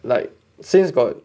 like since got